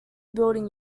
building